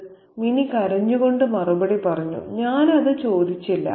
' മിനി കരഞ്ഞുകൊണ്ട് മറുപടി പറഞ്ഞു 'ഞാൻ അത് ചോദിച്ചില്ല